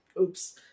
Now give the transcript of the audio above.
oops